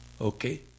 Okay